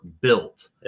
built